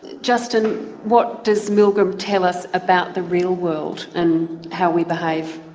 justin what does milgram tell us about the real world and how we behave?